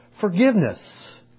forgiveness